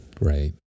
Right